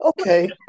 Okay